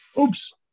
Oops